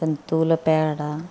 జంతువుల పేడ